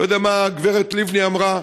לא יודע מה הגברת לבני אמרה.